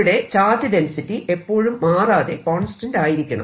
ഇവിടെ charge density എപ്പോഴും മാറാതെ കോൺസ്റ്റന്റ് ആയിരിക്കണം